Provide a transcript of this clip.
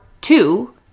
two